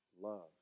love